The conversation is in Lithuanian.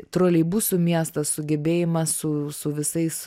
troleibusų miestas sugebėjimas su su visais